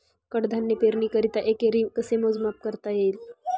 कडधान्य पेरणीकरिता एकरी कसे मोजमाप करता येईल?